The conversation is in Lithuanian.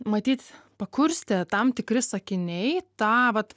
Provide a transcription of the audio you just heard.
matyt pakurstė tam tikri sakiniai tą vat